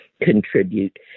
contribute